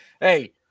hey